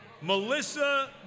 Melissa